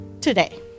today